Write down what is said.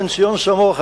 בן-ציון סמוכה,